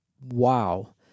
wow